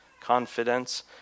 confidence